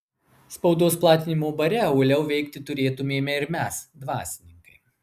spaudos platinimo bare uoliau veikti turėtumėme ir mes dvasininkai